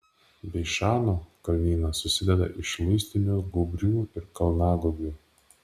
beišano kalnynas susideda iš luistinių gūbrių ir kalnagūbrių